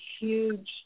huge